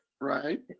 Right